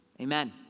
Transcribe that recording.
Amen